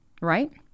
right